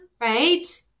right